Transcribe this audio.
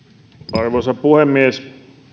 arvoisa puhemies